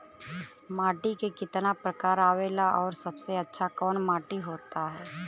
माटी के कितना प्रकार आवेला और सबसे अच्छा कवन माटी होता?